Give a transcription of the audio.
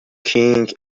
king